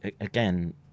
Again